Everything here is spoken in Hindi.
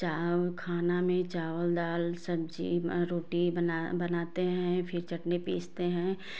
खाना में चावल दाल सब्जी रोटी बना बनाते हैं फिर चटनी पिसते हैं